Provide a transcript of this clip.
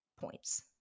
points